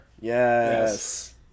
Yes